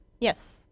Yes